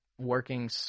working